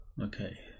Okay